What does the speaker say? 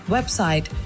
Website